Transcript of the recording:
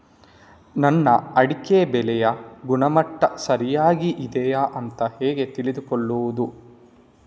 ನನ್ನ ಅಡಿಕೆ ಬೆಳೆಯ ಗುಣಮಟ್ಟ ಸರಿಯಾಗಿ ಇದೆಯಾ ಅಂತ ಹೇಗೆ ತಿಳಿದುಕೊಳ್ಳುವುದು?